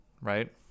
right